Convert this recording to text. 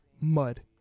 mud